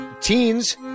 teens